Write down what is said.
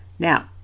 Now